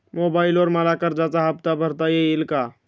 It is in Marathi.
मोबाइलवर मला कर्जाचा हफ्ता भरता येईल का?